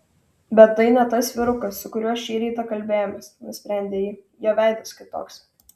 bet tai ne tas vyrukas su kuriuo šį rytą kalbėjomės nusprendė ji jo veidas kitoks